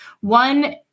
One